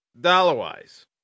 dollar-wise